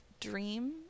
Dream